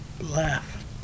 Laugh